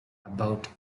about